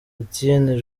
etienne